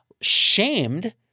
shamed